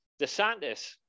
DeSantis